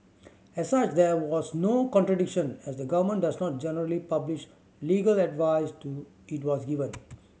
as such there was no contradiction as the government does not generally publish legal advice to it was given